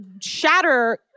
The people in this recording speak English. shatter